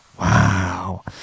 Wow